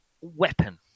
weapon